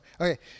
okay